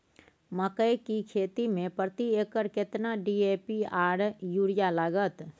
मकई की खेती में प्रति एकर केतना डी.ए.पी आर यूरिया लागत?